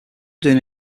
doing